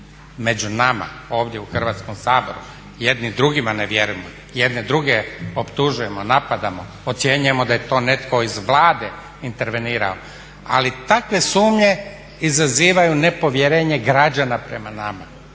među nama ovdje u Hrvatskom saboru, jedni drugima ne vjerujemo, jedni druge optužujemo, napadamo, ocjenjujemo da je to netko iz Vlade intervenirao. Ali takve sumnje izazivaju nepovjerenje građana prema nama.